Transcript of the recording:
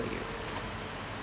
you